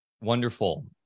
wonderful